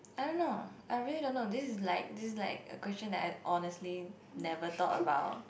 I don't know I really don't know this is like this is like a question that I honestly never thought about